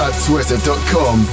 Twitter.com